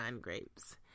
grapes